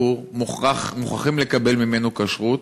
שמוכרחים לקבל ממנו כשרות,